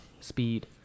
speed